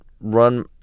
run